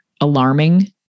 alarming